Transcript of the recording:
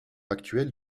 actuel